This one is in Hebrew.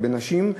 נשים,